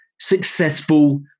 successful